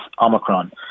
Omicron